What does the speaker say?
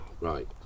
Right